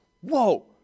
whoa